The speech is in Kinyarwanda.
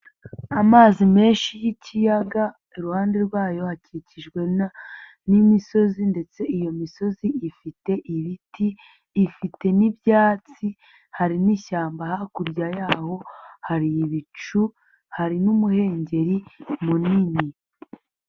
Amazi menshi y'ikiyaga, iruhande rwayo hakikijwe n'imisozi ndetse iyo misozi ifite ibiti, ifite n'ibyatsi, hari n'ishyamba hakurya yaho, hari ibicu, hari n'umuhengeri munini.